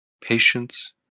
patience